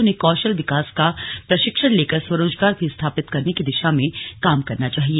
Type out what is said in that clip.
उन्हें कौशल विकास का प्रशिक्षण लेकर स्वरोजगार भी स्थापित करने की दिशा में काम करना चाहिए